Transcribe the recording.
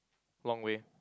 long way